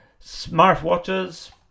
smartwatches